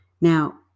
now